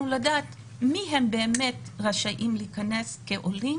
לדעת מי הם באמת אלה שרשאים להיכנס כעולים.